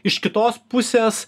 iš kitos pusės